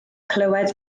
clywed